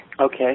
Okay